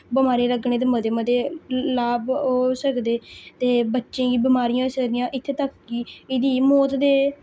बमारियां लग्गने दे मते मते लाभ होई सकदे ते बच्चें गी बमारियां होई सकदियां इत्थें तक कि एह्दी मौत दे